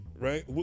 right